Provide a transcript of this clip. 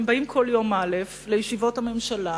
באים כל יום א' לישיבות הממשלה